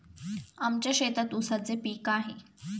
आमच्या शेतात ऊसाचे पीक आहे